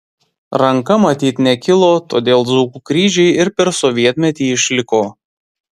ranka matyt nekilo todėl dzūkų kryžiai ir per sovietmetį išliko